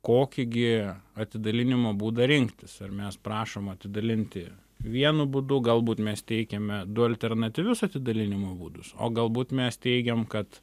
kokį gi atidalinimo būdą rinktis ar mes prašom atidalinti vienu būdu galbūt mes teikiame du alternatyvius atidalinimo būdus o galbūt mes teigiam kad